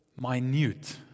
minute